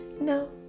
no